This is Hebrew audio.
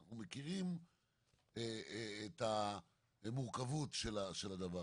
אנחנו מכירים את המורכבות של הדבר,